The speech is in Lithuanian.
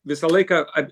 visą laiką